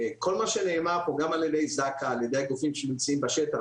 כל מה שנאמר פה על ידי זק"א וגם על כל הגופים שנמצאים בשטח,